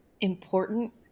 important